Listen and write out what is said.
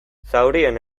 zaurien